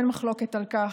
אין מחלוקת על כך,